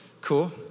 Cool